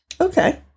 Okay